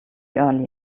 early